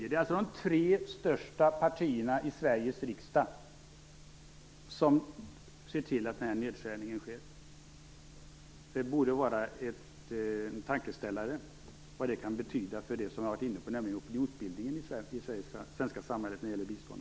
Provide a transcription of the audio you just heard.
Det är alltså de tre största partierna i Sveriges riksdag som ser till att denna nedskärning sker. Det borde vara en tankeställare vad detta kan betyda för det som jag har varit inne på, nämligen opinionsbildningen i det svenska samhället när det gäller bistånd.